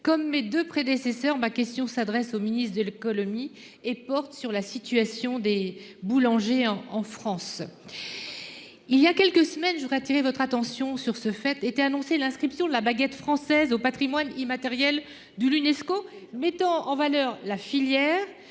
comme mes 2 prédécesseurs, ma question s'adresse au ministre de l'Économie et porte sur la situation des boulangers en en France. Il y a quelques semaines, je voudrais attirer votre attention sur ce fait était annoncé l'inscription de la baguette française au Patrimoine immatériel de l'UNESCO mettant en valeur la filière